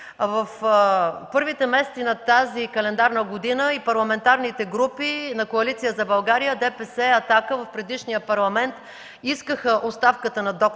В първите месеци на тази календарна година и парламентарните групи на Коалиция за България, ДПС, „Атака” в предишния Парламент искаха оставката на д-р